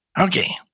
Okay